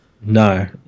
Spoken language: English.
No